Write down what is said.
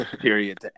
period